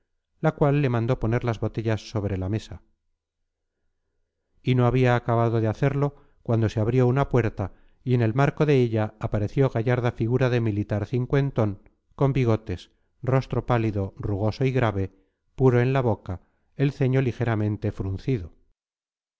la cual le mandó poner las botellas sobre la mesa y no había acabado de hacerlo cuando se abrió una puerta y en el marco de ella apareció gallarda figura de militar cincuentón con bigotes rostro pálido rugoso y grave puro en la boca el ceño ligeramente fruncido